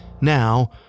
Now